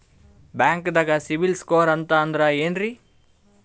ಬ್ಯಾಂಕ್ದಾಗ ಸಿಬಿಲ್ ಸ್ಕೋರ್ ಅಂತ ಅಂದ್ರೆ ಏನ್ರೀ?